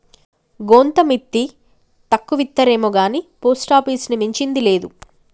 గోంత మిత్తి తక్కువిత్తరేమొగాని పోస్టాపీసుని మించింది లేదు